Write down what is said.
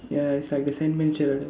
ya it's like the Sandman shirt